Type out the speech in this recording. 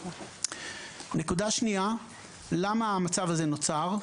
נקודה שנייה, למה המצב הזה נוצר?